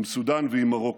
עם סודאן ועם מרוקו.